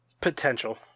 Potential